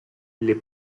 les